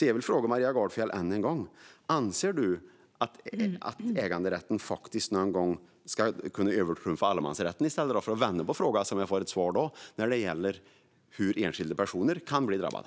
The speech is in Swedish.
Jag vill fråga Maria Gardfjell än en gång - jag vänder på frågan för att se om jag får svar då: Anser du att äganderätten någon gång ska kunna övertrumfa allemansrätten när det gäller hur enskilda personer kan bli drabbade?